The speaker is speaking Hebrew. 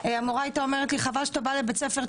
המורה הייתה אומרת לי: חבל שאתה בא לבית ספר,